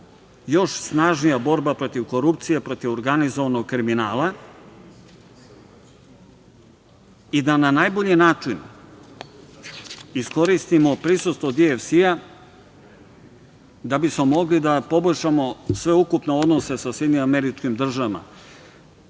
još snažnija borba protiv korupcije, protiv organizovanog kriminala i da na najbolji način iskoristimo prisustvo DFC da bismo mogli da poboljšamo sveukupne odnose sa SAD, jer poboljšanje